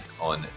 on